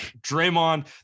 Draymond